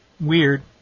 Weird